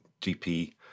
GP